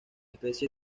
especie